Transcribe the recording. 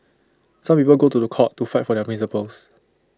some people go to The Court to fight for their principles